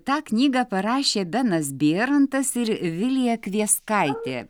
tą knygą parašė benas bėrantas ir vilija kvieskaitė